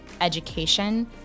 education